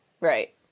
Right